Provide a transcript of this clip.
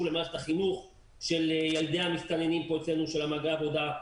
למערכת החינוך של ילדי המסתננים ושל מהגרי העבודה,